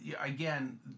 again